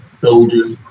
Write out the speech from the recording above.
soldiers